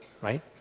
right